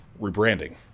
rebranding